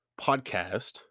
podcast